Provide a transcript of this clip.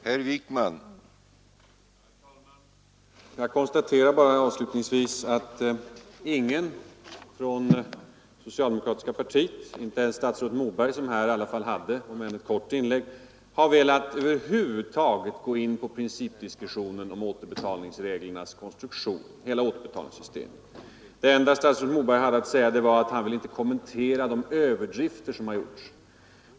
Herr talman! Jag konstaterar avslutningsvis att ingen från det socialdemokratiska partiet, inte ens statsrådet Moberg som här gjorde ett inlägg även om det var kort, har velat gå in i en principdiskussion om återbetalningsreglernas konstruktion. Det enda statsrådet Moberg sade var att han inte ville kommentera de överdrifter som gjorts.